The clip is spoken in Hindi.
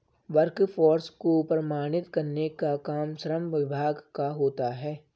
वर्कफोर्स को प्रमाणित करने का काम श्रम विभाग का होता है